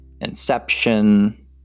inception